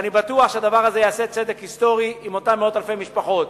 ואני בטוח שהדבר הזה יעשה צדק היסטורי עם אותן מאות אלפי משפחות.